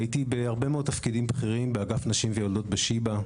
הייתי בהרבה תפקידים בכירים באגף נשים ויולדות בשיבא,